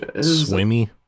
Swimmy